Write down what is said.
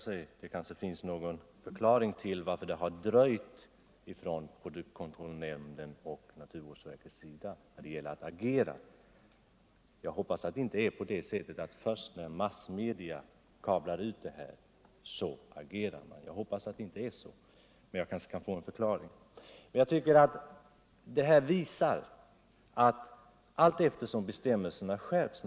Sedan det blivit känt att de tester som utförts av ifrågavarande laboratorium var bristfälliga påbörjade produktkontrollbyrån vid statens naturvårdsverk omedelbart en undersökning av vilka bekämpningsmedel på den svenska marknaden som berörts av testerna. När det gäller läkemedel och livsmedel görs motsvarande undersökning av socialstyrelsen resp. livsmedelsverket. Undersökningarna omfattar också en granskning av vilken betydelse resultaten från företagets tester haft vid bedömningen av de olika medlen i Sverige. Det är i första hand en uppgift för de berörda myndigheterna att pröva vilka ytterligare åtgärder som erfordras i denna fråga.